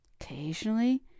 Occasionally